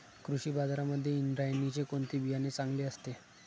कृषी बाजारांमध्ये इंद्रायणीचे कोणते बियाणे चांगले असते?